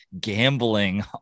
gambling